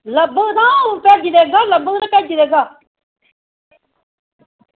लब्भग तां अंऊ भेजी देगा लब्भग तां भेजी देगा